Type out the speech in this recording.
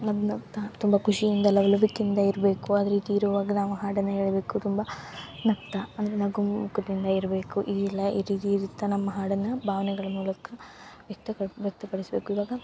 ನಗು ನಗ್ತಾ ತುಂಬ ಖುಷಿಯಿಂದ ಲವಲವ್ಕಿಂದ ಇರಬೇಕು ಅದು ರೀತಿ ಇರುವಾಗ ನಾವು ಹಾಡನ್ನು ಹೇಳಬೇಕು ತುಂಬ ನಗ್ತಾ ಅಂದರೆ ನಗು ಮುಖದಿಂದ ಇರಬೇಕು ಇದಿಲ್ಲ ಇರುತ್ತೆ ನಮ್ಮ ಹಾಡನ್ನು ಭಾವ್ನೆಗಳ ಮೂಲಕ ವ್ಯಕ್ತ ಕ ವ್ಯಕ್ತಪಡಿಸ್ಬೇಕು ಇವಾಗ